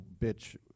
bitch